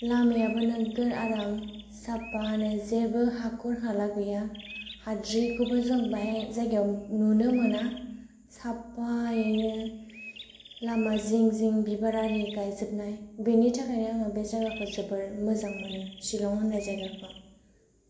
लामायाबो नोगोर आराम साफानो जेबो हाखर हाला गैया हाद्रिखौबो जों बाहाय जायगायाव नुनो मोना साफायैनो लामा जिं जिं बिबार आरि गायजोबनाय बेनिथाखायनो आङो बे जागाखौ जोबोर मोजां मोनो शिलं होननाय जायगाखौ